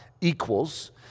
equals